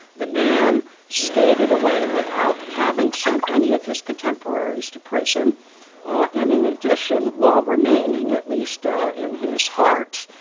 the man skated away without having sent any of his contemporaries to prison and, in addition, while remaining, at least ah in his heart,